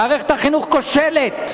מערכת החינוך כושלת.